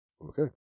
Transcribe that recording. Okay